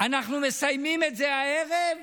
אנחנו מסיימים את זה הערב